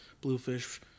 bluefish